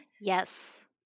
Yes